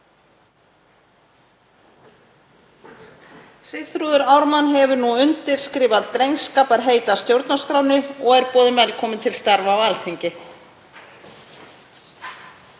Sigþrúður Ármann hefur nú undirskrifað drengskaparheit að stjórnarskránni og er boðin velkomin til starfa á Alþingi.